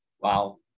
Wow